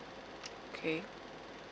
okay